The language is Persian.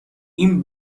این